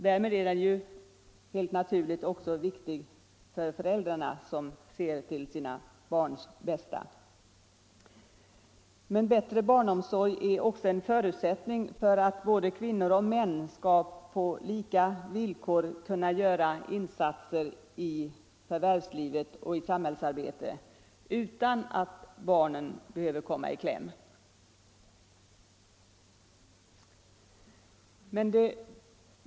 Därmed är den helt naturligt också viktig för föräldrarna, som ser till sina barns bästa. Men bättre barnomsorg är också en förutsättning för att kvinnor och män på lika villkor skall kunna göra insatser i förvärvslivet och i samhällsarbetet utan att barnen behöver komma i kläm.